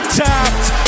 tapped